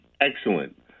excellent